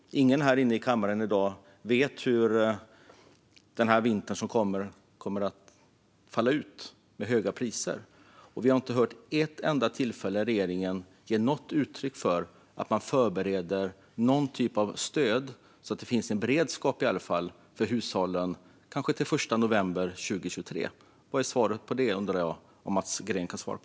Ingen här inne i kammaren i dag vet hur kommande vinter kommer att falla ut när det gäller höga priser. Och vi har inte hört regeringen vid ett enda tillfälle ge något uttryck för att man förbereder någon typ av stöd. Det handlar om en beredskap för hushållen, kanske till den 1 november 2023. Detta undrar jag om Mats Green kan svara på.